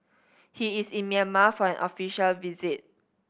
he is in Myanmar for an official visit